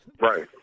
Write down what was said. Right